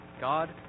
God